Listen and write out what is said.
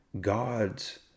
God's